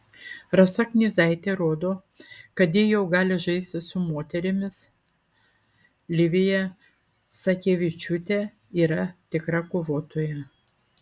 rasa knyzaitė rodo kad ji jau gali žaisti su moterimis livija sakevičiūtė yra tikra kovotoja